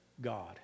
God